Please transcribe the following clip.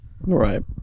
right